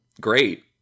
Great